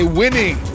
winning